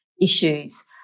issues